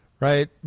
Right